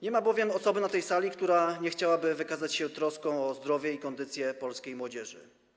Nie ma bowiem osoby na tej sali, która nie chciałaby wykazać się troską o zdrowie i kondycję polskiej młodzieży.